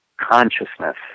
consciousness